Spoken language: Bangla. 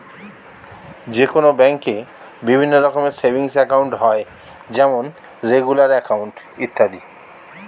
যে কোনো ব্যাঙ্কে বিভিন্ন রকমের সেভিংস একাউন্ট হয় যেমন রেগুলার অ্যাকাউন্ট, ইত্যাদি